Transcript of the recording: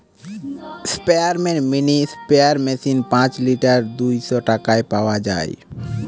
স্পেয়ারম্যান mini sprayer machine পাঁচ litre দুইশ টাকায় পাওয়া যায়